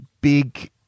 big